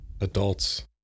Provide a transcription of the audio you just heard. adults